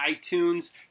iTunes